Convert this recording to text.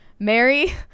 Mary